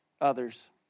others